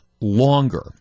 longer